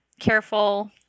careful